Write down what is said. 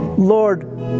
Lord